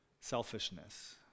selfishness